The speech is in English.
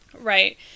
Right